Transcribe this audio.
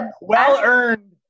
Well-earned